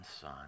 son